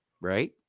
right